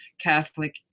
Catholic